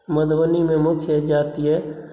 मधुबनीमे मुख्य जाति अइ